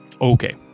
Okay